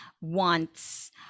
wants